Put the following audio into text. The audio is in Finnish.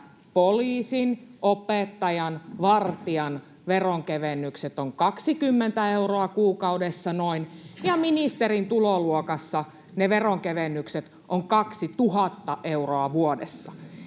poliisin, opettajan ja vartijan veronkevennykset ovat noin 20 euroa kuukaudessa ja ministerin tuloluokassa ne veronkevennykset ovat 2 000 euroa